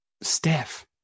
Steph